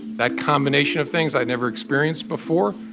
that combination of things i've never experienced before.